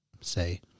say